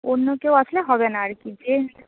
অন্য কেউ আসলে হবে না আর কি যে